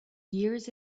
years